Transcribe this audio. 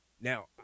Now